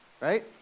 Right